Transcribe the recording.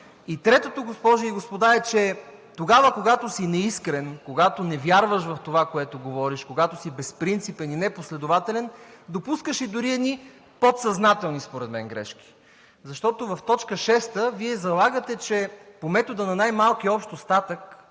И третото, госпожи и господа е, че тогава, когато си неискрен, когато не вярваш в това, което говориш, когато си безпринципен и непоследователен, допускаш дори едни подсъзнателни според мен грешки. Защото в т. 6 Вие залагате, че по метода на най-големия общ остатък